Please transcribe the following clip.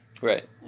Right